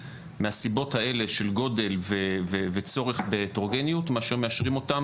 מהסיבות האלה של גודל וצורך בהטרוגניות מאשר מאשרים אותן,